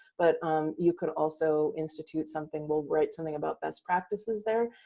but um you could also institute something. we'll write something about best practices there.